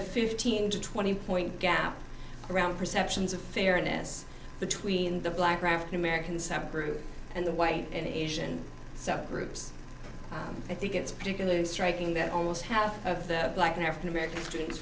a fifteen to twenty point gap around perceptions of fairness between the black or african american subgroup and the white and asian subgroups i think it's particularly striking that almost half of the black an african american students